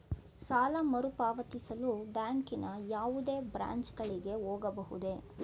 ಸಾಲ ಮರುಪಾವತಿಸಲು ಬ್ಯಾಂಕಿನ ಯಾವುದೇ ಬ್ರಾಂಚ್ ಗಳಿಗೆ ಹೋಗಬಹುದೇ?